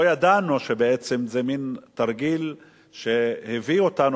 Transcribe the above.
לא ידענו שבעצם זה מין תרגיל שהביא אותנו